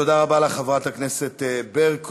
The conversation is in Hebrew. תודה רבה לך, חברת הכנסת ברקו.